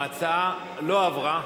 ההצעה לא עברה.